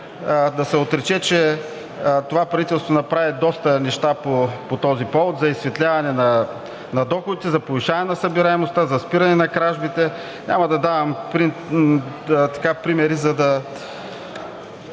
да се отрече, че това правителство направи доста неща по този повод – за изсветляване на доходите, за повишаване на събираемостта, за спиране на кражбите. Няма да давам примери, за да